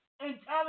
intelligence